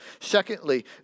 Secondly